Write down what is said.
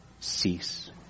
cease